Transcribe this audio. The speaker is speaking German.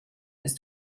ist